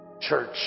church